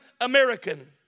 American